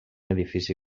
edifici